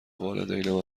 والدینم